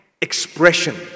expression